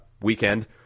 weekend